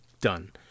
done